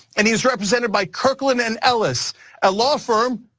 and he's represented by kirkland and ellis ah law firm,